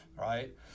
right